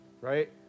right